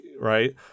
right